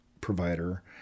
provider